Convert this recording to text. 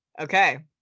Okay